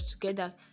together